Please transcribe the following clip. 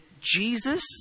Jesus